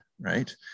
right